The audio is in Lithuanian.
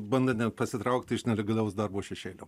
bandant net pasitraukti iš nelegalaus darbo šešėlio